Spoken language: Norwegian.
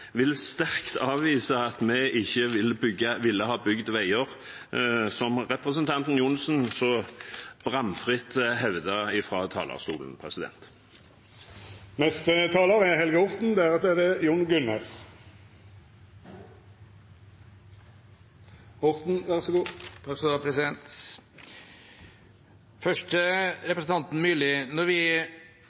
vil sterkt avvise at vi ikke ville ha bygd veier, slik representanten Johnsen så bramfritt hevdet fra talerstolen. Først til representanten Myrli. Når vi